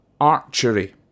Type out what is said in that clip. archery